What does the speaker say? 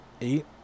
eight